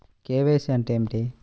KYC అంటే ఏమిటి?